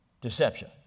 Deception